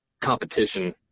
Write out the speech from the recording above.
competition